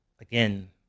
again